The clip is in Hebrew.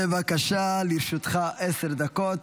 בבקשה, לרשותך עשר דקות.